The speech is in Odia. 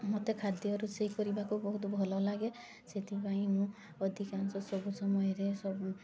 ମତେ ଖାଦ୍ୟ ରୋଷେଇ କରିବାକୁ ବହୁତ ଭଲ ଲାଗେ ସେଥିପାଇଁ ମୁଁ ଅଧିକାଂଶ ସବୁ ସମୟରେ ସବୁ